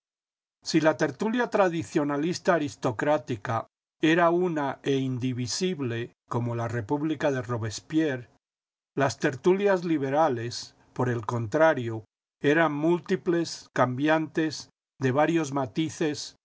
si la tertulia tradicionalista aristocrática era una e indivisible como la república de robespierre las tertulias liberales por el contrario eran múltiples cambiantes de varios matices